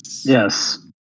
Yes